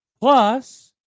Plus